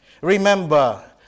Remember